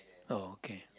oh okay